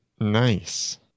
Nice